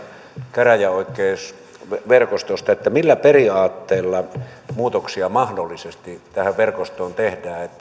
käräjäoikeusverkostosta millä periaatteella muutoksia mahdollisesti tähän verkostoon tehdään